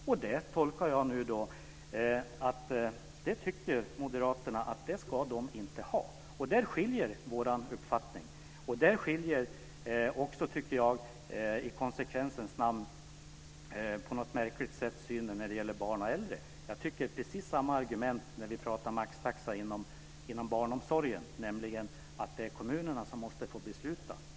Och där tolkar jag nu att moderaterna tycker att de inte ska ha det. Där skiljer sig våra uppfattningar, och där skiljer också, tycker jag i konsekvensens namn och på något märkligt sätt, synen när det gäller barn och äldre. Jag har precis samma argument när vi pratar maxtaxa inom barnomsorgen, nämligen att det är kommunerna som måste få besluta.